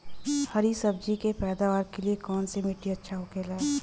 हरी सब्जी के पैदावार के लिए कौन सी मिट्टी अच्छा होखेला?